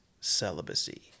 celibacy